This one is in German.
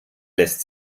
lässt